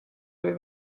või